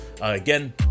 again